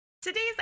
Today's